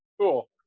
cool